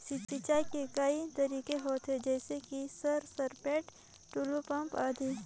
सिंचाई के कई तरीका होथे? जैसे कि सर सरपैट, टुलु पंप, आदि?